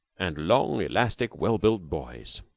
and long, elastic, well-built boys.